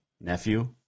nephew